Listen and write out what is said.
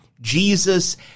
Jesus